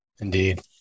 Indeed